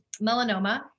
melanoma